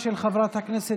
של חלקים